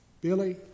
Billy